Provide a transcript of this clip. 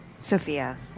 Sophia